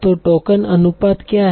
तो टोकन अनुपात क्या है